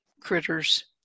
critters